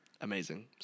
amazing